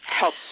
help